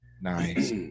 Nice